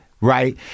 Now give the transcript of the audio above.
Right